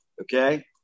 okay